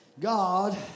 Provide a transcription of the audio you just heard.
God